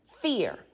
fear